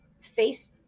face